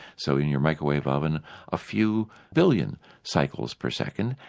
so in your microwave oven a few billion cycles per second,